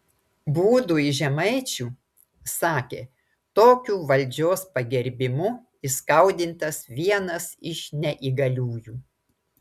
būdui žemaičių sakė tokiu valdžios pagerbimu įskaudintas vienas iš neįgaliųjų